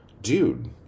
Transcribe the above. dude